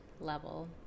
level